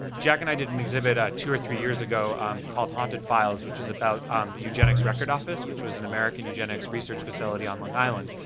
jack and i did an exhibit ah two or three years ago called haunted files, which is about the eugenics record office, which was an american eugenics research facility on long island.